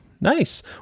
nice